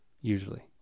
usually